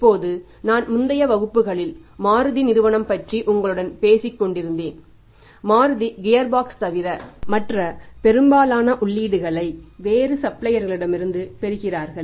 இப்போது நான் முந்தைய வகுப்புகளில் ஒரு மாருதி நிறுவனம் பற்றி உங்களுடன் பேசிக் கொண்டிருந்தால் மாருதி கியர்பாக்ஸ் தவிர மற்ற பெரும்பாலான உள்ளீடுகளைப் வேறு சப்ளையர்களிடமிருந்து பெறுகிறார்கள்